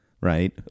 right